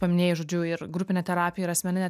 paminėjai žodžiu ir grupinę terapija ir asmeninę